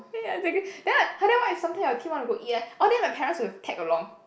ya exactly then I !huh! then what if someday your team want to go eat leh orh then my parents will tag along